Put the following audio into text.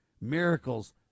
miracles